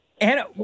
Anna